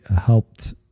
helped